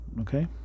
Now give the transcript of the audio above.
Okay